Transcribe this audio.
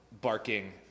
barking